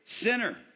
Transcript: sinner